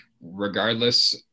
regardless